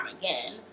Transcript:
again